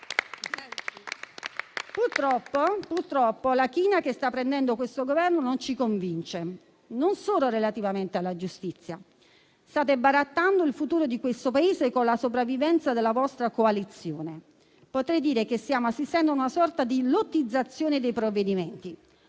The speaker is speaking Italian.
Purtroppo, la china che sta prendendo questo Governo non ci convince, non solo relativamente alla giustizia. State barattando il futuro di questo Paese con la sopravvivenza della vostra coalizione. Potrei dire che stiamo assistendo a una sorta di lottizzazione dei provvedimenti.